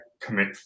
Commit